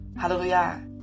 Hallelujah